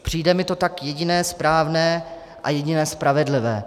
Přijde mi to tak jediné správné a jediné spravedlivé.